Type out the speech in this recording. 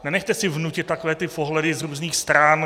Nenechte si vnutit takové ty pohledy z různých stran.